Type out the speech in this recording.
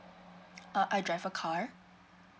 uh I drive a car